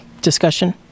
discussion